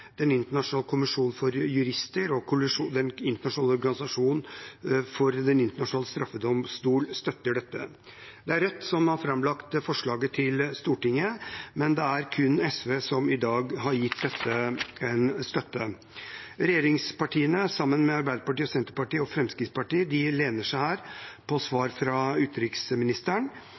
Den internasjonale kommisjonen for jurister og Den internasjonale straffedomstolen støtter dette. Det er Rødt som har framlagt forslaget for Stortinget, men det er kun SV som i dag har gitt støtte til dette. Regjeringspartiene, sammen med Arbeiderpartiet, Senterpartiet og Fremskrittspartiet, lener seg her på svar fra utenriksministeren,